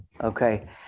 Okay